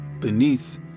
beneath